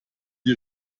die